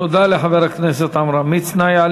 תודה לחבר הכנסת עמרם מצנע.